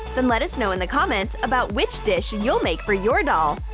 then let us know in the comments about which dish you'll make for your doll!